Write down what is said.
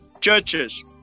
churches